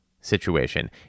situation